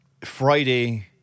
Friday